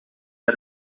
bij